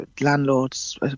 landlords